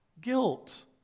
Guilt